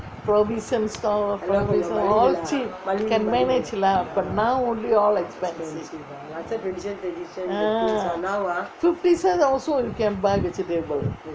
provisions all cheap can manage lah now only all like expensive ah fifteen cent also can buy vegetable